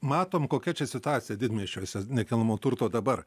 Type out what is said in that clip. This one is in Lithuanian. matom kokia čia situacija didmiesčiuose nekilnojamo turto dabar